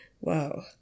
Wow